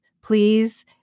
please